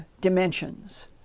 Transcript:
dimensions